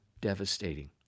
devastating